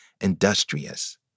industrious